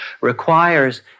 requires